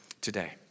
today